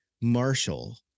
Marshall